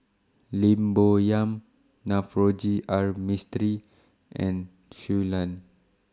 Lim Bo Yam Navroji R Mistri and Shui Lan